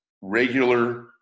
regular